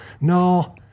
no